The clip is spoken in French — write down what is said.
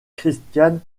christiane